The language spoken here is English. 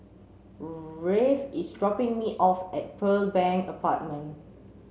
Rafe is dropping me off at Pearl Bank Apartment